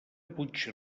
puig